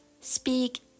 speak